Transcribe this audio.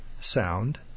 sound